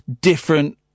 different